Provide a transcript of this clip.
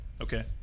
Okay